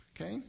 Okay